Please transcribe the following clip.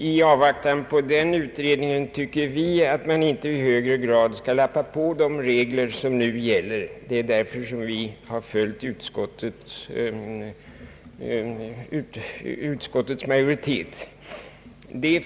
I avvaktan på den utredningen anser vi att man inte i högre grad bör lappa på de regler som nu gäller. Det är anledningen till att vi följt utskottsmajoriteten.